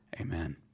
Amen